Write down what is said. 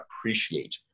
appreciate